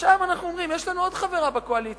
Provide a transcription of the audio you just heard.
ועכשיו אנחנו אומרים, יש לנו עוד חברה בקואליציה,